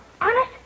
honest